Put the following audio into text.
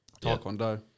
taekwondo